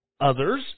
Others